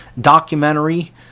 documentary